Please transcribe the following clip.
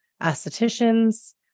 aestheticians